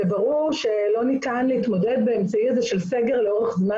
וברור שלא ניתן להתמודד באמצעי הזה של סגר לאורך זמן.